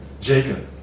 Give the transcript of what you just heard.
Jacob